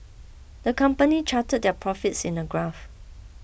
the company charted their profits in a graph